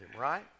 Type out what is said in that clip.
right